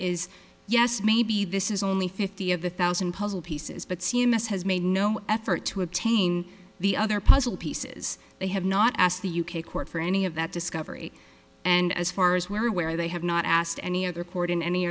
is yes maybe this is only fifty of the thousand puzzle pieces but c m s has made no effort to obtain the other puzzle pieces they have not asked the u k court for any of that discovery and as far as we're aware they have not asked any other court in any